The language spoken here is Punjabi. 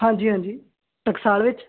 ਹਾਂਜੀ ਹਾਂਜੀ ਟਕਸਾਲ ਵਿੱਚ